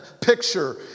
picture